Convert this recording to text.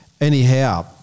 Anyhow